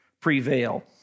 prevail